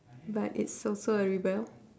but it's also a rebel